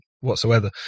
whatsoever